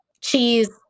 cheese